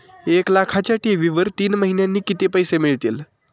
एक लाखाच्या ठेवीवर तीन महिन्यांनी किती पैसे मिळतील?